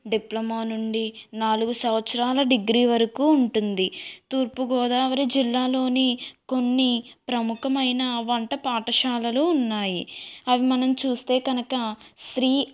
diploma నుండి నాలుగు సంవత్సరాల డిగ్రీ వరకు ఉంటుంది తూర్పుగోదావరి జిల్లాలోని కొన్ని ప్రముఖమైన వంట పాఠశాలలు ఉన్నాయి అవి మనం చూస్తే కనక శ్రీ